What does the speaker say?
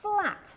flat